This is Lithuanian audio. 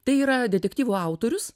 tai yra detektyvų autorius